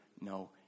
no